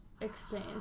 exchange